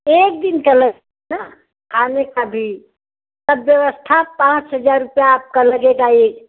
एक दिन का लगेगा आने का भी सब व्यवस्था पाँच हजार रुपये आपका लगेगा एक